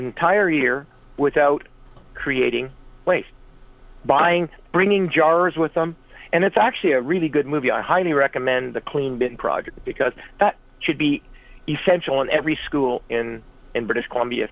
entire year without creating waste buying bringing jars with them and it's actually a really good movie i highly recommend the clean bin project because that should be essential in every school in british columbia